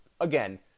again